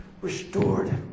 restored